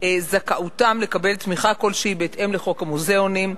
זכאותם לקבל תמיכה כלשהי בהתאם לחוק המוזיאונים.